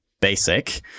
basic